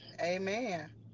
Amen